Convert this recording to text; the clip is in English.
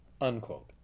unquote